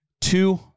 Two